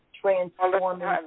transforming